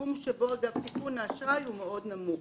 תחום שבו סיכון האשראי הוא מאוד נמוך.